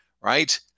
right